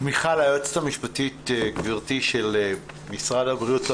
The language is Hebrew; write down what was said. מיכל היועצת המשפטית של משרד הבריאות,